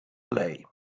lay